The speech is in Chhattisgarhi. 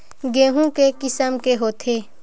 गेहूं के किसम के होथे?